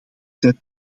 zijn